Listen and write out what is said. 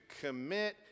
commit